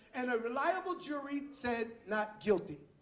and a reliable jury said not guilty.